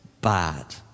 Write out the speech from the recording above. bad